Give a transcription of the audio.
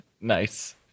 nice